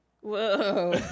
Whoa